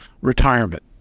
retirement